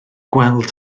gweld